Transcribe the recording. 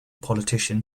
politician